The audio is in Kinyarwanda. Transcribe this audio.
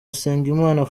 usengimana